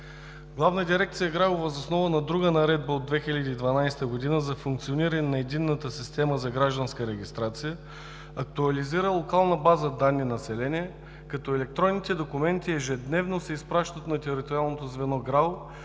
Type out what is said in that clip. Главна дирекция „ГРАО“ въз основа на друга Наредба от 2012 г. за функциониране на единната система за гражданска регистрация актуализира локална база данни население, като електронните документи ежедневно се изпращат на териториалното звено „ГРАО“,